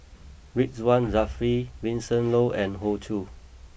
Ridzwan Dzafir Vincent Leow and Hoey Choo